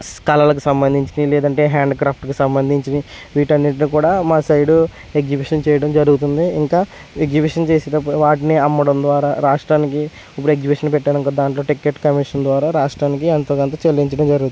కలలకు సంబంధించినవి లేదంటే హ్యాండ్ క్రాఫ్ట్కి సంబంధించినవి వీటన్నిటిని కూడా మా సైడు ఎగ్జిబిషన్ చేయడం జరుగుతుంది ఇంకా ఎగ్జిబిషన్ చేసేటప్పుడు వాటిని అమ్మడం ద్వారా రాష్ట్రానికి ఇప్పుడు ఎగ్జిబిషన్ పెట్టారనుకో దానిలో టికెట్ కమిషన్ ద్వారా రాష్ట్రానికి ఎంతోకొంత చెల్లించడం జరుగుతుంది